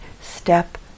step